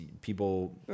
people